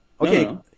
Okay